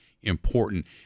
important